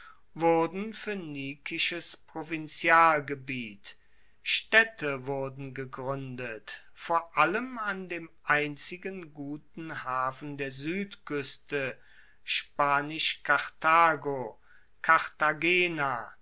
wurden phoenikisches provinzialgebiet staedte wurden gegruendet vor allem an dem einzigen guten hafen der suedkueste spanisch karthago